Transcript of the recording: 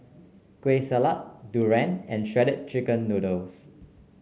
Kueh Salat Durian and Shredded Chicken Noodles